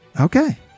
Okay